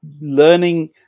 learning